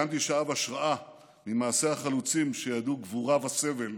גנדי שאב השראה ממעשי החלוצים שידעו גבורה וסבל,